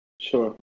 Sure